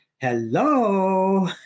hello